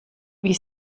wie